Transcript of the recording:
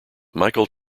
michael